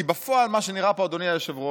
כי בפועל מה שנראה פה, אדוני היושב-ראש,